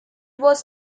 was